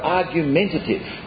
argumentative